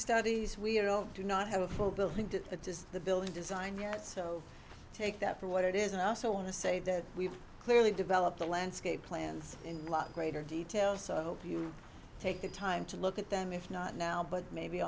studies we do not have a full building to the just the building design yet so take that for what it is and also want to say that we've clearly developed the landscape plans in lot greater detail so i hope you take the time to look at them if not now but maybe